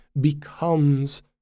becomes